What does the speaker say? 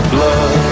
Blood